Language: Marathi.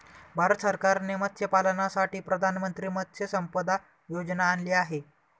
भारत सरकारने मत्स्यपालनासाठी प्रधानमंत्री मत्स्य संपदा योजना आणली आहे